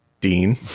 Dean